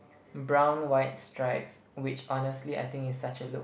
brown white stripes which honestly I think is such a look